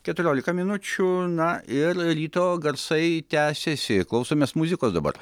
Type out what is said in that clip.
keturiolika minučių na ir ryto garsai tęsiasi klausomės muzikos dabar